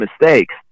mistakes